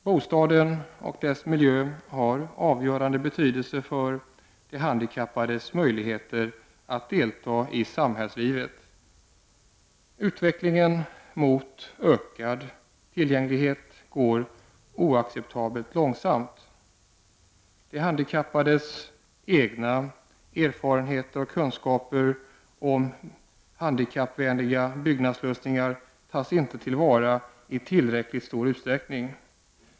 Bostaden och dess miljö har avgörande betydelse för de handikappades möjligheter att delta i samhällslivet. Utvecklingen mot ökad tillgänglighet går oacceptabelt långsamt. De handikappades egna erfarenheter och kunskaper om handikappvänliga byggnadslösningar tas inte till vara i tillräcklig utsträckning.